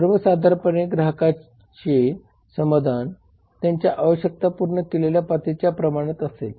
सर्वसाधारणपणे ग्राहकांचे समाधान त्यांच्या आवश्यकता पूर्ण केलेल्या पातळीच्या प्रमाणात असेल